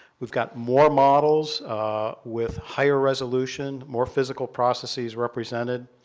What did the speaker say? we've got more models with higher resolution, more physical processes represented.